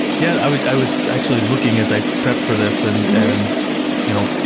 yeah, i was i was actually looking as i prepped for this, and and you know,